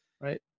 Right